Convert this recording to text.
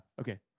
okay